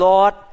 Lord